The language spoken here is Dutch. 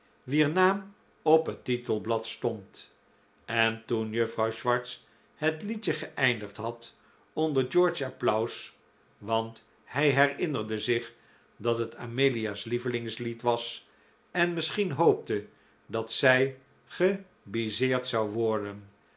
wier naam op het titelblad stond en toen juffrouw swartz het liedje geeindigd had onder george's applaus want hij herinnerde zich dat het amelia's lievelingslied was en misschien hoopte dat zij gebisseerd zou worden